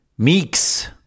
Meeks